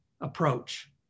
approach